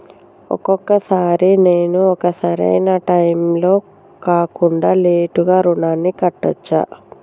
ఒక్కొక సారి నేను ఒక సరైనా టైంలో కాకుండా లేటుగా రుణాన్ని కట్టచ్చా?